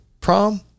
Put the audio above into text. prom